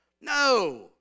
No